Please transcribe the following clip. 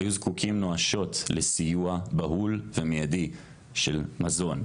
היו זקוקים נואשות לסיוע בהול ומיידי של מזון,